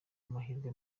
amahirwe